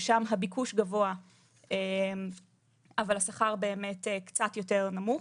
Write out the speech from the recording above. ששם הביקוש גבוה אבל השכר באמת קצת יותר נמוך.